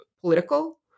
political